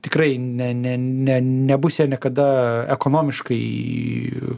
tikrai ne ne ne nebus jie niekada ekonomiškai